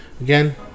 Again